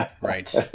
Right